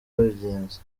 babigenza